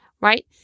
right